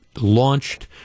Launched